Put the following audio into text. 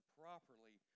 properly